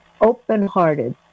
Open-hearted